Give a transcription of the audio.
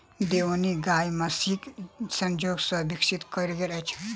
देओनी गाय महीसक संजोग सॅ विकसित कयल गेल अछि